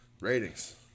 Ratings